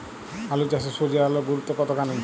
আলু চাষে সূর্যের আলোর গুরুত্ব কতখানি?